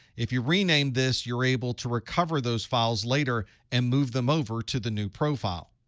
if you rename this, you're able to recover those files later and move them over to the new profile.